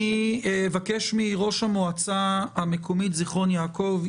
אני אבקש מראש המועצה המקומית זכרון יעקב,